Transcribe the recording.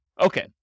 Okay